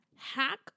Hack